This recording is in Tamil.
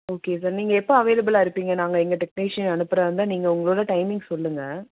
ஓகே சார் நீங்கள் எப்போ அவைலபிளாக இருப்பீங்க நாங்கள் எங்கள் டெக்னீஷியன் அனுப்புகிறதா இருந்தால் நீங்கள் உங்களோடய டைமிங் சொல்லுங்கள்